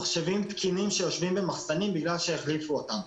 מחשבים תקינים שיושבים במחסנים בגלל שהחליפו אותם.